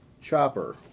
chopper